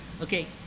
Okay